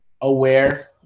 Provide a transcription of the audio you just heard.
aware